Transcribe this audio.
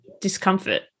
discomfort